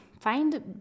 find